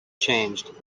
changed